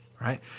right